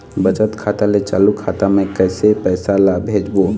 बचत खाता ले चालू खाता मे कैसे पैसा ला भेजबो?